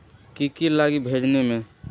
की की लगी भेजने में?